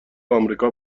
آمریکا